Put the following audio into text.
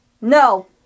No